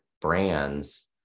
brands